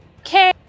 Okay